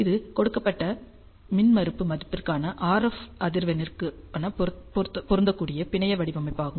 இது கொடுக்கப்பட்ட மின்மறுப்பு மதிப்பிற்கான RF அதிர்வெண்ணிற்கான பொருந்தக்கூடிய பிணைய வடிவமைப்பு ஆகும்